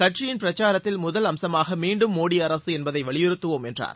கட்சியின் பிரச்சாரத்தில் முதல் அம்சமாக மீண்டும் மோடி அரசு என்பதை வலியுறுத்துவோம் என்றார்